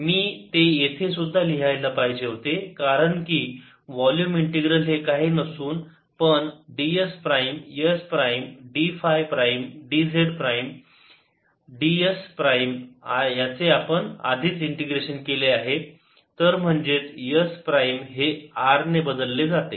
मी ते येथे सुद्धा लिहायला पाहिजे होते कारण वोल्युम इंटीग्रल हे काही नसून पण ds prime s prime d phi prime dz prime ds prime याचे आपण आधीच इंटिग्रेशन केले आहे तर म्हणजेच s प्राईम हे r ने बदलले जाते